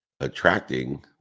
Attracting